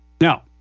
now